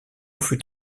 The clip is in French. fut